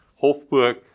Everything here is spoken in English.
Hofburg